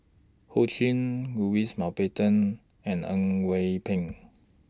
Ho Ching Louis Mountbatten and Au Pak